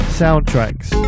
soundtracks